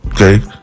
Okay